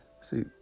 See